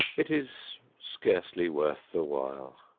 it is scarcely worth the while.